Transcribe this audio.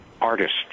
artists